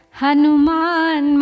Hanuman